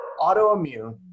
autoimmune